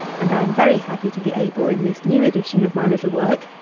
and i am very happy to be able, in this new edition of my little work,